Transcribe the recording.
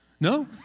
No